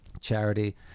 charity